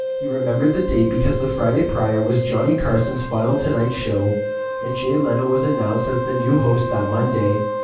he remembered the date because the friday prior was johnny carson's final tonight show and jay leno was announced as the new host that monday.